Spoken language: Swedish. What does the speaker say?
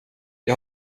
jag